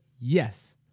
yes